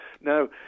Now